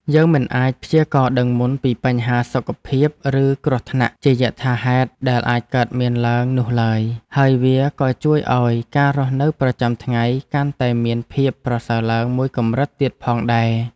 យើងមិនអាចព្យាករណ៍ដឹងមុនពីបញ្ហាសុខភាពឬគ្រោះថ្នាក់ជាយថាហេតុដែលអាចកើតមានឡើងនោះឡើយ។ ហើយវាក៏ជួយឱ្យការរស់នៅប្រចាំថ្ងៃកាន់តែមានភាពប្រសើរឡើងមួយកម្រិតទៀតផងដែរ។